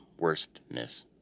worstness